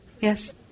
Yes